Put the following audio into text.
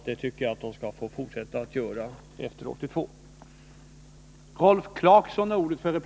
Det tycker jag att de skall få göra även i fortsättningen.